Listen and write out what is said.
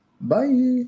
Bye